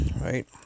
right